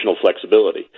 flexibility